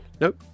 Nope